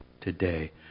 today